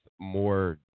more